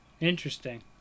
Interesting